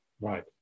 Right